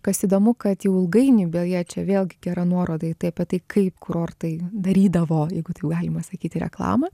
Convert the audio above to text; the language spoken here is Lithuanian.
kas įdomu kad jau ilgainiui beje čia vėlgi gera nuoroda į tai apie tai kaip kurortai darydavo jeigu taip galima sakyti reklamą